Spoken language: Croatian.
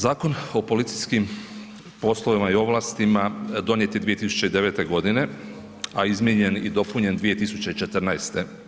Zakon o policijskim poslovima i ovlastima donijet je 2009. godine a izmijenjen i dopunjen 2014.